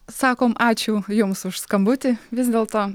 sakome ačiū jums už skambutį vis dėlto